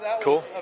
Cool